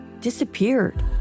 disappeared